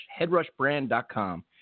headrushbrand.com